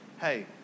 hey